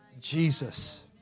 Jesus